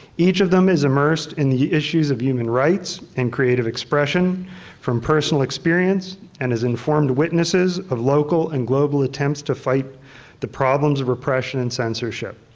each of them is immersed in the issues of human rights and creative expression from personal experience and is informed witnesses of local and global attempts to fight the problems of repression and censorship.